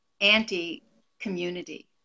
anti-community